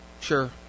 Sure